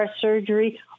surgery